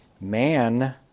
man